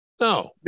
no